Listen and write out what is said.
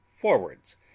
forwards